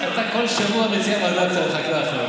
אתה כל שבוע מציע ועדת חקירה אחרת.